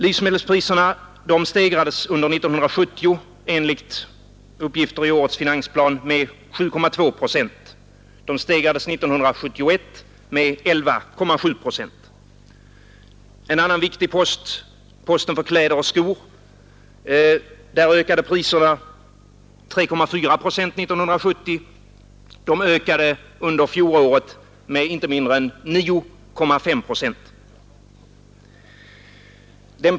Livsmedelspriserna steg under 1970 enligt uppgifter i årets finansplan med 7,2 procent. De steg 1971 med 11,7 procent. En annan viktig post — kläder och skor — ökade med 3,4 procent år 1970. Under fjolåret ökade priserna här med inte mindre än 9,5 procent.